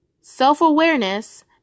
self-awareness